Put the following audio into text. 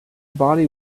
body